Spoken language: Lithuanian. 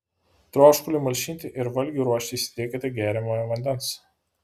troškuliui malšinti ir valgiui ruošti įsidėkite geriamojo vandens